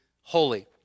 holy